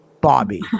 Bobby